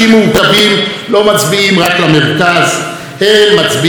הם מצביעי ימין והם גם מצביעי שמאל.